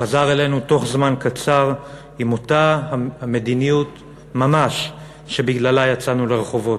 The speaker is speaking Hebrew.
חזר אלינו בתוך זמן קצר עם אותה המדיניות ממש שבגללה יצאנו לרחובות,